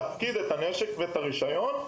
להפקיד את הנשק ואת הרישיון,